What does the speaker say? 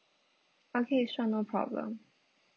okay sure no problem